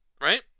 right